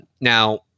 Now